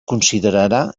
considerarà